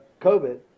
COVID